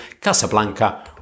Casablanca